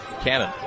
Cannon